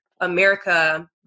America